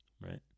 right